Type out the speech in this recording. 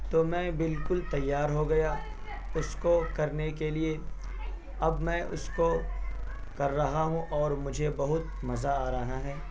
تو میں بالکل تیار ہو گیا اس کو کرنے کے لیے اب میں اس کو کر رہا ہوں اور مجھے بہت مزہ آ رہا ہیں